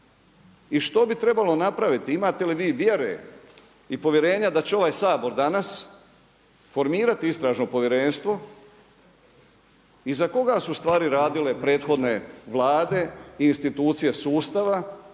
I što bi trebalo napraviti? Imate li vi vjere i povjerenja da će ovaj Sabor danas formirati istražno povjerenstvo? I za koga su ustvari radile prethodne vlade i institucije sustava